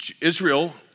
Israel